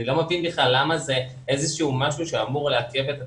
ואני לא מבין בכלל למה זה משהו שאמור לעכב את התהליך.